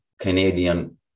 Canadian